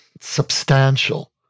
substantial